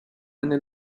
eine